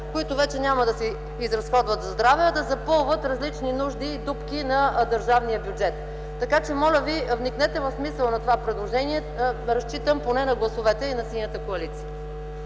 които вече няма да се изразходват за здраве, а да запълват различни нужди и дупки на държавния бюджет. Моля ви, вникнете в смисъла на това предложение, разчитам поне на гласовете и на Синята коалиция.